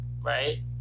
right